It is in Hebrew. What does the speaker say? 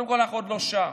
קודם כול אנחנו עוד לא שם,